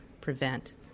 prevent